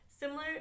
Similar